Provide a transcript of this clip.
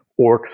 orcs